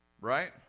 Right